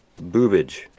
boobage